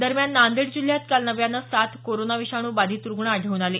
दरम्यान नांदेड जिल्ह्यात काल नव्यानं सात कोरोना विषाणू बाधित रुग्ण आढळून आले